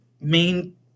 main